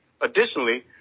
Additionally